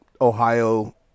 Ohio